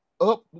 up